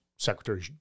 Secretary